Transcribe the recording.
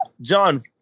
John